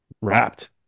wrapped